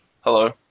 hello